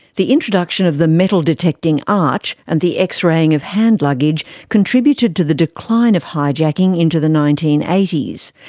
the introduction of the metal detecting arch and the x-raying of hand luggage contributed to the decline of hijacking into the nineteen eighty s,